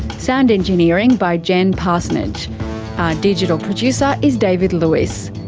sound engineering by jen parsonnage. our digital producer is david lewis.